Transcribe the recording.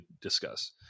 discuss